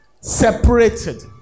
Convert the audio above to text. separated